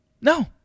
no